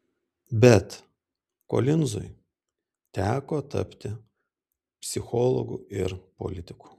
bet kolinzui teko tapti psichologu ir politiku